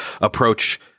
approach